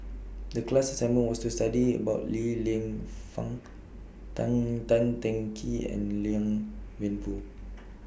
The class assignment was to study about Li Lienfung Tan Tan Teng Kee and Liang Wenfu